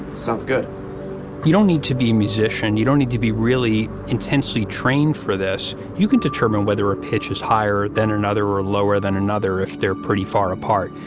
sounds good you don't need to be a musician. you don't need to be really intensely trained for this. you can determine whether a pitch is higher than another or lower than another if they're pretty far apart.